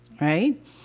Right